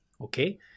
okay